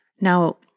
Now